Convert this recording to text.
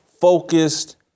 focused